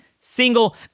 single